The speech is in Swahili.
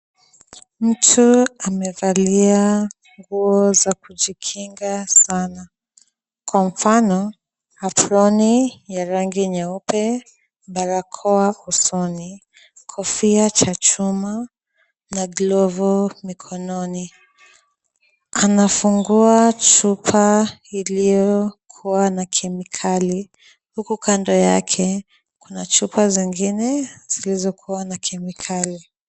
Mtu amevalia nguo za kujikinga sana. Kwa mfano; aproni ya rangi nyeupe, barakoa usoni, kofia cha chuma na glovu mikononi. Anafungua chupa iliyokuwa na kemikali huku kando yake kuna chupa zingine zilizokuwa na kemikali.